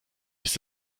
ist